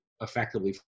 effectively